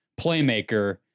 playmaker